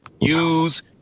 use